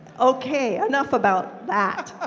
okay, enough about that.